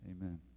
amen